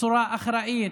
בצורה אחראית,